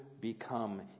become